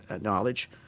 knowledge